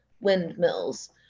Windmills